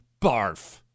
Barf